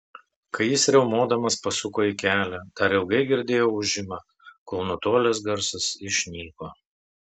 kai jis riaumodamas pasuko į kelią dar ilgai girdėjau ūžimą kol nutolęs garsas išnyko